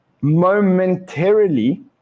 momentarily